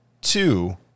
Two